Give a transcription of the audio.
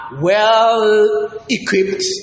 well-equipped